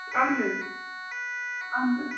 اہَن حظ اہَن حظ